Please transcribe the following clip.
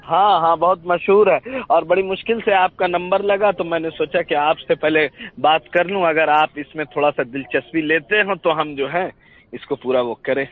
ہاں ہاں بہت مشہور ہے اور بڑی مشکل سے آپ کا نمبر لگا تو میں نے سوچا کہ آپ سے پہلے بات کر لوں اگر آپ اِس میں تھوڑا سا دلچسپی لیتے ہوں تو ہم جو ہیں اِس کو پورا وہ کریں